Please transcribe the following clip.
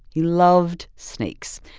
he loved snakes.